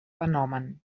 fenomen